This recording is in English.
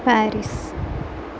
Paris